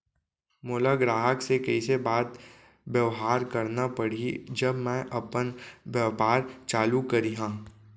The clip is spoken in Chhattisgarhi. मोला ग्राहक से कइसे बात बेवहार करना पड़ही जब मैं अपन व्यापार चालू करिहा?